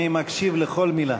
אני מקשיב לכל מילה.